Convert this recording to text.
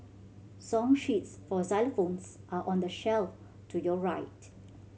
song sheets for xylophones are on the shelf to your right